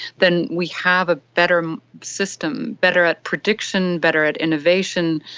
then we have a better system, better at prediction, better at innovation,